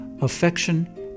affection